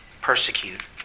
persecute